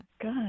Good